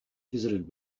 visited